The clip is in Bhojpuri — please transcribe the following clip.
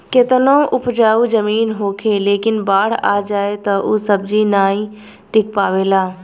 केतनो उपजाऊ जमीन होखे लेकिन बाढ़ आ जाए तअ ऊ सब्जी नाइ टिक पावेला